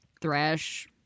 Thresh